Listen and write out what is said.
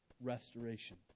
Restoration